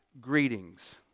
greetings